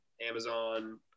Amazon